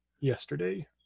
yesterday